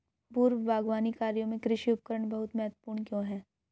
पूर्व बागवानी कार्यों में कृषि उपकरण बहुत महत्वपूर्ण क्यों है?